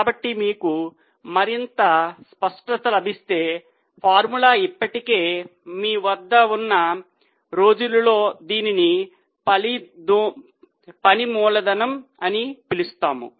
కాబట్టి మీకు మరింత స్పష్టత లభిస్తే ఫార్ములా ఇప్పటికే మీ వద్ద ఉన్న రోజులలో దీనిని పని మూలధనం అని పిలుస్తాము